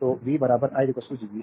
तो v बराबर i Gv है